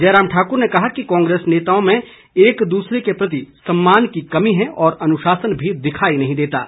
जयराम ठाक्र ने कहा कि कांग्रेस नेताओं में एक दूसरे के प्रति सम्मान की कमी है और अनुशासन भी दिखाई नहीं देता है